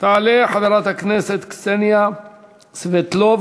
תעלה חברת הכנסת קסניה סבטלובה,